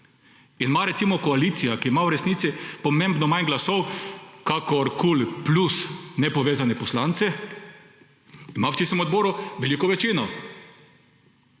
In recimo koalicija, ki ima v resnici pomembno manj glasov kakor KUL plus nepovezani poslanci, ima na tistem odboru veliko večino.